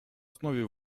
основе